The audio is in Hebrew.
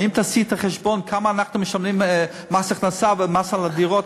ואם תעשי את החשבון כמה אנחנו משלמים מס הכנסה ומס על הדירות,